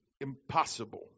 impossible